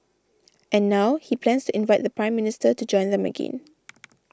and now he plans to invite the Prime Minister to join them again